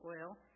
oil